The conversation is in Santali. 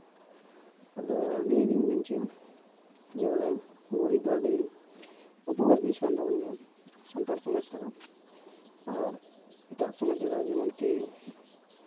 ᱟᱫᱚ ᱱᱤᱭᱟᱹᱜᱤᱧ ᱢᱮᱱ ᱦᱚᱪᱚᱭᱟ ᱡᱮ ᱵᱚᱞᱮ ᱜᱩᱨᱤᱡ ᱫᱚ ᱟᱹᱰᱤ ᱩᱯᱚᱠᱟᱨ ᱡᱤᱱᱤᱥ ᱠᱟᱱ ᱛᱟᱵᱚᱱ ᱜᱮᱭᱟ ᱥᱟᱱᱛᱟᱲ ᱥᱚᱢᱟᱡᱽ ᱨᱮᱫᱚ ᱟᱨ ᱮᱴᱟᱜ ᱥᱚᱢᱟᱡᱽ ᱨᱮᱫᱚ ᱡᱮᱢᱚᱱᱠᱤ